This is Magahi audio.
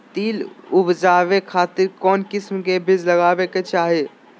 तिल उबजाबे खातिर कौन किस्म के बीज लगावे के चाही?